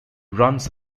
runs